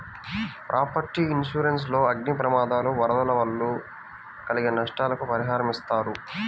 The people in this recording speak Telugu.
ప్రాపర్టీ ఇన్సూరెన్స్ లో అగ్ని ప్రమాదాలు, వరదలు వల్ల కలిగే నష్టాలకు పరిహారమిస్తారు